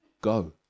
go